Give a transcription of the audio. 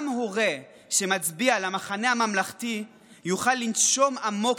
גם הורה שמצביע למחנה הממלכתי יוכל לנשום עמוק